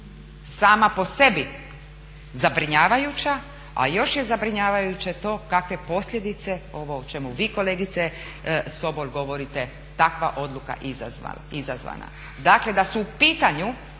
sama po sebi zabrinjavajuća. A još je zabrinjavajuće to kakve posljedice ovo o čemu vi kolegice Sobol govorite takva odluka izazvana. Dakle da su u pitanju,